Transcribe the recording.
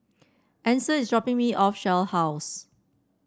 Adyson is dropping me off Shell House